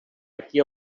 aquí